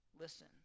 listen